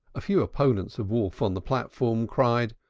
a few opponents of wolf on the platform cried,